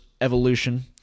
evolution